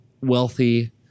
wealthy